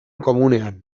komunean